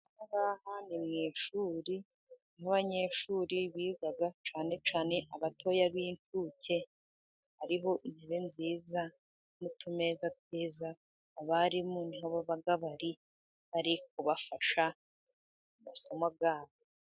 Aha ngaha ni mu ishuri, niho abanyeshuri biga cyane cyane abatoya b'ishuke, hariho n'intebe nziza, n'utumeza twiza, abarimu niho baba bari kubafasha amasomo yabo.